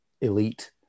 elite